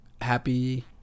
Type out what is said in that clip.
happy